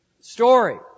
story